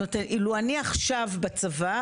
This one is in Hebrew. אילו אני עכשיו בצבא,